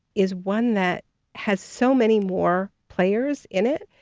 is one that has so many more players in it.